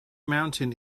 mountain